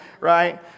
right